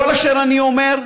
כל אשר אני אומר,